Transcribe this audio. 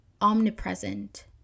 omnipresent